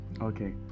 okay